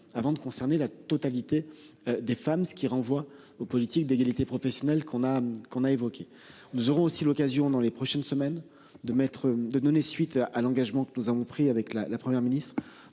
avant de concerner la totalité des femmes, ce qui renvoie aux politiques d'égalité professionnelle qui ont été évoquées. Nous aurons aussi l'occasion, dans les prochaines semaines, de donner suite à l'engagement que nous avons pris avec la Première ministre